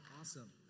Awesome